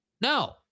No